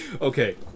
Okay